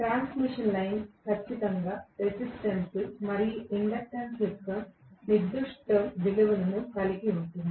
transmission line ఖచ్చితంగా resistance మరియు inductance యొక్క నిర్దిష్ట విలువను కలిగి ఉంటుంది